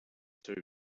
two